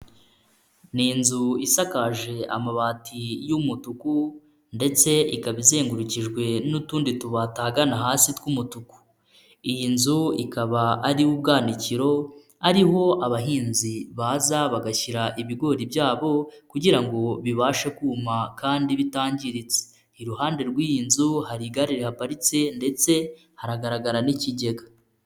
Ni inzu isakaje amabati y'umutuku ndetse ikaba izengurukijwe n'utundi tubati ahagana hasi tw'umutuku, iyi nzu ikaba ari ubwanikiro ari ho abahinzi baza bagashyira ibigori byabo kugira ngo bibashe kuma kandi bitangiritse, iruhande rw'iyi nzu hari igare riparitse ndetse hagaragara n'ikigega.